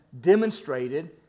demonstrated